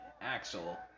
Axel